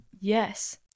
Yes